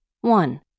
One